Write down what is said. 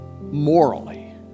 morally